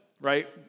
right